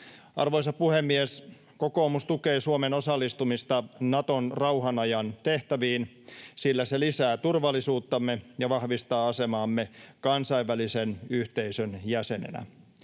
Arvoisa puhemies! Kokoomus tukee Suomen osallistumista Naton rauhan ajan tehtäviin, sillä se lisää turvallisuuttamme ja vahvistaa asemaamme kansainvälisen yhteisön jäsenenä.